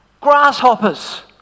Grasshoppers